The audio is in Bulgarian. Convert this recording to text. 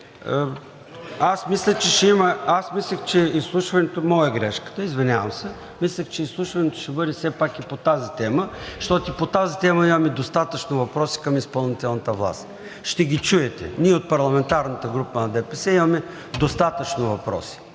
Добре, окей. (Реплики.) Моя е грешката, извинявам се, мислех, че изслушването ще бъде все пак и по тази тема, защото по тази тема имаме достатъчно въпроси към изпълнителната власт – ще ги чуете. Ние от парламентарната група на ДПС имаме достатъчно въпроси: